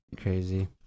crazy